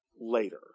later